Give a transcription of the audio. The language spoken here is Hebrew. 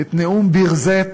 את "נאום ביר-זית"